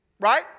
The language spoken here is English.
Right